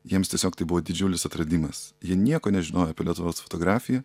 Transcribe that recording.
jiems tiesiog tai buvo didžiulis atradimas jie nieko nežinojo apie lietuvos fotografiją